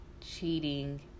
cheating